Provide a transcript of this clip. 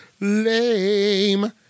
lame